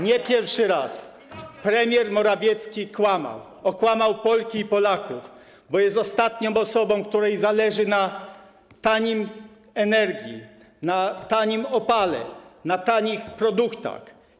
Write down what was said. Nie pierwszy raz premier Morawiecki kłamał, okłamał Polki i Polaków, bo jest ostatnią osobą, której zależy na taniej energii, na tanim opale, na tanich produktach.